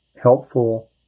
helpful